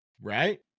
right